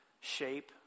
shape